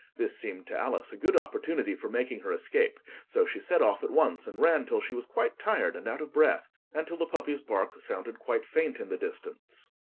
this seemed to alice a good opportunity for making her escape so she set off at once, and ran till she was quite tired and out of breath, and till the puppy's bark sounded quite faint in the distance.